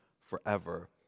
forever